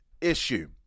issue